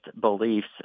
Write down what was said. beliefs